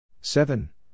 Seven